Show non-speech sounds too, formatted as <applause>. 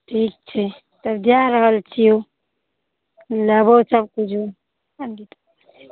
ठीक छै तब जै रहल छिऔ लेबो सबकिछु <unintelligible>